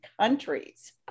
countries